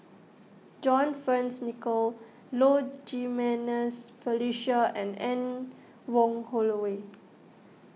John Fearns Nicoll Low Jimenez Felicia and Anne Wong Holloway